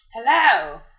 Hello